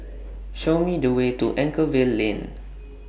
Show Me The Way to Anchorvale Lane